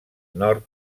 nord